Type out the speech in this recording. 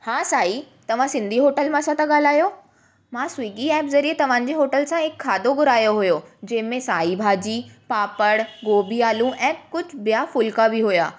हा साईं तव्हां सिंधी होटल मां सां था ॻाल्हायो मां स्विगी एप ज़रिये तव्हांजे होटल सां हिकु खाधो घुरायो हुओ जंहिंमें साई भाॼी पापड़ गोभी आलू ऐं कुझु ॿिया फुलका बि हुआ